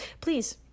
Please